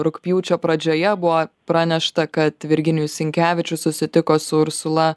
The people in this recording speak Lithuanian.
rugpjūčio pradžioje buvo pranešta kad virginijus sinkevičius susitiko su ursula